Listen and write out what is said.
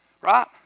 right